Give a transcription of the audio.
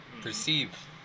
Perceive